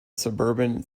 suburban